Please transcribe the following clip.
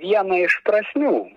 vieną iš prasmių